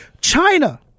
China